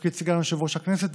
לתפקיד סגן יושב-ראש הכנסת,